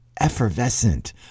effervescent